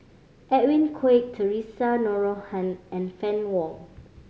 Edwin Koek Theresa Noronha and Fann Wong